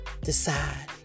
decide